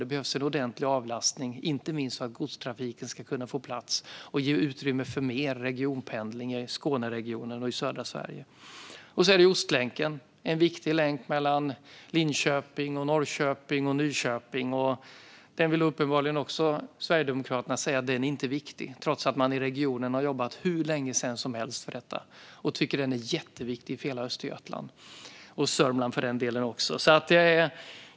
Det behövs ordentlig avlastning, inte minst för att godstrafiken ska kunna få plats och ge utrymme för mer regionpendling i Skåneregionen och i södra Sverige. Sedan har vi Ostlänken, som är en viktig länk mellan Linköping, Norrköping och Nyköping. Sverigedemokraterna vill uppenbarligen säga att den inte är viktig, trots att regionen har jobbat för detta hur länge som helst och tycker att den är jätteviktig för hela Östergötland och för den delen även för Sörmland.